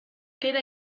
queda